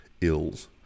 ills